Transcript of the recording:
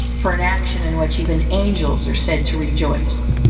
for an action in which even angels are said to rejoice.